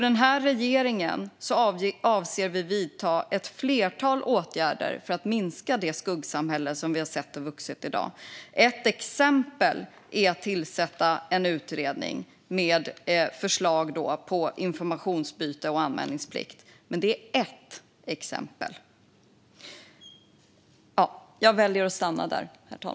Den här regeringen avser att vidta ett flertal åtgärder för att minska det skuggsamhälle som vi har sett har vuxit fram i dag. Ett exempel är att tillsätta en utredning med förslag om informationsutbyte och anmälningsplikt, men det är bara ett exempel.